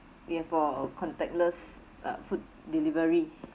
ya for contactless uh food delivery